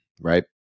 right